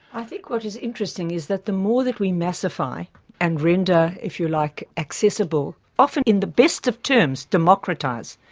i think what is interesting is that the more that we massify and render, if you like, accessible, often in the best of terms, democratise,